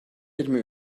yirmi